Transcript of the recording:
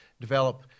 develop